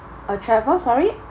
uh travel sorry